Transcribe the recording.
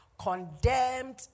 condemned